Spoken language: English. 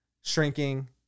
shrinking